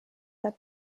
that